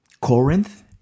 Corinth